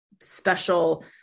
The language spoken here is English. special